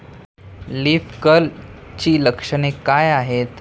Leaf कर्लची लक्षणे काय आहेत?